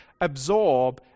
absorb